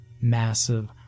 Massive